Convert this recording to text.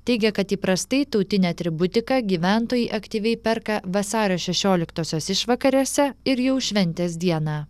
teigia kad įprastai tautinę atributiką gyventojai aktyviai perka vasario šešioliktosios išvakarėse ir jau šventės dieną